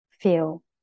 feel